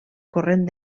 corrent